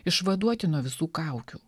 išvaduoti nuo visų kaukių